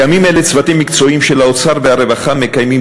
בימים אלה צוותים מקצועיים של האוצר ושל משרד הרווחה מקיימים